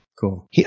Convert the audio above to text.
Cool